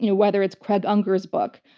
you know whether it's craig unger's book,